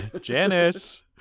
janice